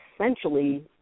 essentially